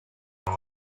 this